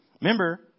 Remember